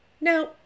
Now